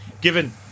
given